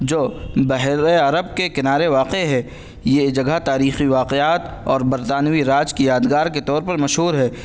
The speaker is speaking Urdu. جو بحیرۂ عرب کے کنارے واقع ہے یہ جگہ تاریخی واقعات اور برطانوی راج کی یادگار کے طور پر مشہور ہے